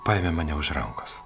paėmė mane už rankos